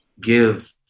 give